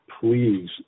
Please